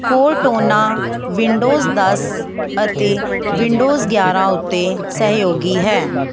Cortana Windows ਦਸ ਅਤੇ Windows ਗਿਆਰਾਂ ਉੱਤੇ ਸਹਿਯੋਗੀ ਹੈ